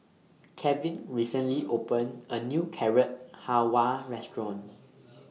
Kevin recently opened A New Carrot Halwa Restaurant